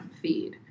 feed